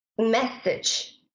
message